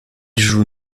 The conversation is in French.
joue